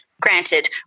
Granted